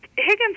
Higgins